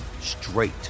straight